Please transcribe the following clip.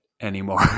anymore